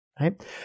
right